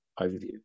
overview